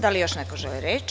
Da li još neko želi reč?